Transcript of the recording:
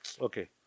okay